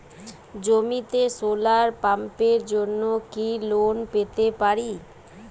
জমিতে সোলার পাম্পের জন্য কি লোন পেতে পারি?